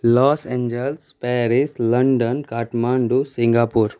loss Angeles Paris London Kathmandu Singapore